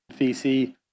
VC